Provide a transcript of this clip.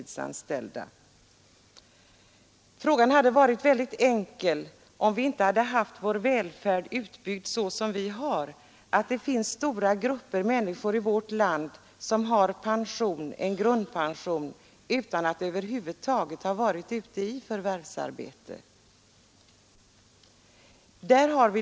Den frågan hade varit mycket enkel om vår välfärd inte varit utbyggd som den är, dvs. att stora grupper människor i vårt land har en grundpension utan att över huvud taget ha förvärvsarbetat.